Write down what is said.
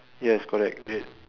yes correct that